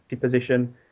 position